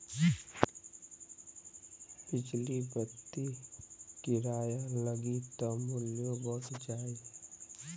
बिजली बत्ति किराया लगी त मुल्यो बढ़ जाई